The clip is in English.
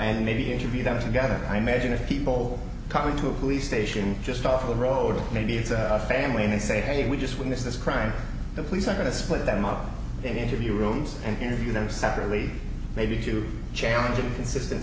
and maybe interview them together i imagine if people come into a police station just off the road maybe it's a family and they say hey we just witnessed this crime and the police are going to split them up and interview rooms and interview them separately maybe to challenge inconsistent